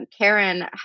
Karen